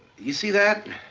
you see that?